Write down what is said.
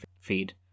feed